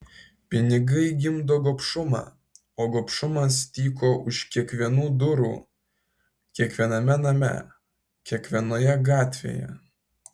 pinigai gimdo gobšumą o gobšumas tyko už kiekvienų durų kiekviename name kiekvienoje gatvėje